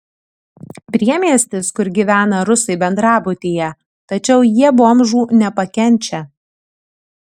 priemiestis kur gyvena rusai bendrabutyje tačiau jie bomžų nepakenčia